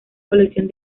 colección